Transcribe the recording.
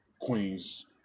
Queens